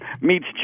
meets